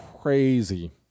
crazy